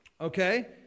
Okay